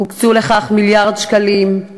הוקצו לכך מיליארד שקלים.